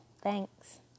Thanks